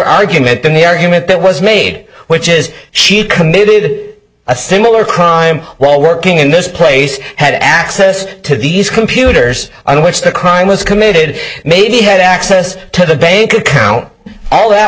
argument than the argument that was made which is she committed a similar crime while working in this place had access to these computers on which the crime was committed maybe had access to the bank account all that